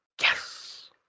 Yes